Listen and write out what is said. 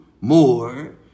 more